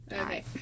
Okay